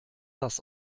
das